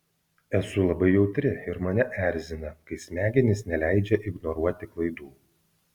esu labai jautri ir mane erzina kai smegenys neleidžia ignoruoti klaidų